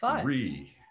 three